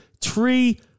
three